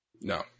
No